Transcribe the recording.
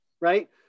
right